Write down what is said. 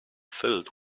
filled